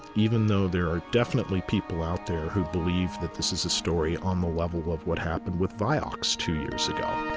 even though there are definitely people out there who believe that this is a story on the level of what happened with viox two years ago.